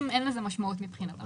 למסלול אין השפעה על העמיתים.